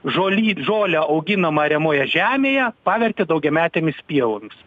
žolyt žolę auginamą ariamoje žemėje pavertė daugiametėmis pievomis